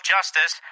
Justice